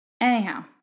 Anyhow